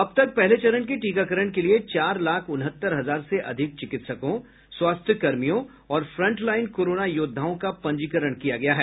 अब तक पहले चरण के टीकाकरण के लिये चार लाख उनहत्तर हजार से अधिक चिकित्सकों स्वास्थ्य कर्मियों और फ्रंट लाईन कोरोना योद्वाओं का पंजीकरण किया गया है